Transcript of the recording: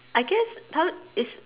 I guess is